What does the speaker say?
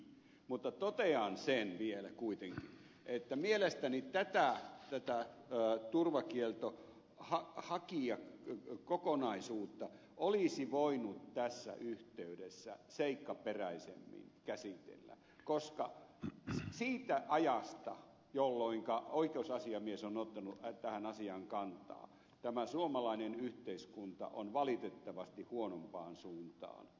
mutta totean sen vielä kuitenkin että mielestäni tätä turvakieltohakija kokonaisuutta olisi voinut tässä yhteydessä seikkaperäisemmin käsitellä koska siitä ajasta jolloinka oikeusasiamies on ottanut tähän asiaan kantaa tämä suomalainen yhteiskunta on valitettavasti huonompaan suuntaan muuttunut erittäin paljon